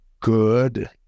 good